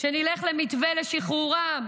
שנלך למתווה לשחרורם,